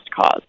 cause